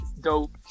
Dope